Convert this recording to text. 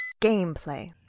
Gameplay